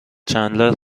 چندلر